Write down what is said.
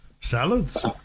salads